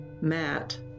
Matt